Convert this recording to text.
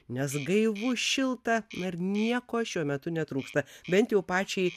nes gaivu šilta ir nieko šiuo metu netrūksta bent jau pačiai